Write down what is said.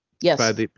Yes